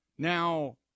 Now